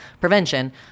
prevention